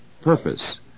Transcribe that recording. purpose